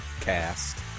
Cast